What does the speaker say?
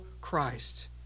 Christ